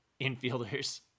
infielders